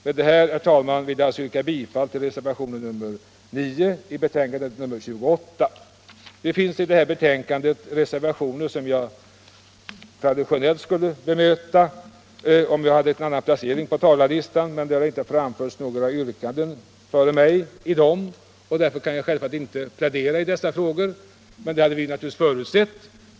Med detta, herr talman, yrkar jag bifall till reservationen 9 vid civilutskottets betänkande nr 28. Det finns i detta betänkande reservationer som jag traditionellt skulle ha bemött, om jag hade haft en annan placering på talarlistan. Men det har inte framförts några yrkanden före mig i dag, och därför kan jag självfallet inte plädera i dessa frågor. Detta hade vi givetvis förutsett.